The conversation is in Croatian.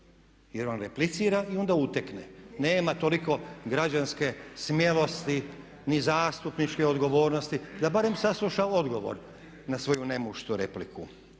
jer on replicira i onda utekne. Nema toliko građanske smjelosti ni zastupničke odgovornosti da barem sasluša odgovor na svoju nemuštu repliku.